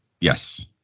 Yes